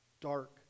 dark